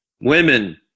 Women